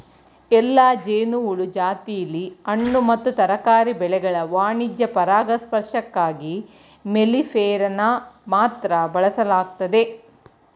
ಎಲ್ಲಾ ಜೇನುಹುಳು ಜಾತಿಲಿ ಹಣ್ಣು ಮತ್ತು ತರಕಾರಿ ಬೆಳೆಗಳ ವಾಣಿಜ್ಯ ಪರಾಗಸ್ಪರ್ಶಕ್ಕಾಗಿ ಮೆಲ್ಲಿಫೆರಾನ ಮಾತ್ರ ಬಳಸಲಾಗ್ತದೆ